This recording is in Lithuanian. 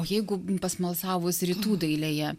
o jeigu pasmalsavus rytų dailėje